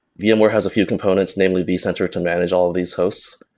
vmware has a few components, named vcenter to manage all of these hosts.